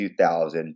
2000